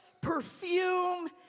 perfume